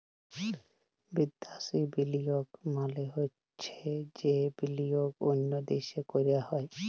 বিদ্যাসি বিলিয়গ মালে চ্ছে যে বিলিয়গ অল্য দ্যাশে ক্যরা হ্যয়